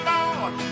Lord